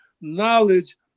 Knowledge